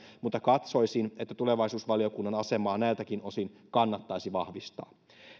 mutta katsoisin että tulevaisuusvaliokunnan asemaa näiltäkin osin kannattaisi vahvistaa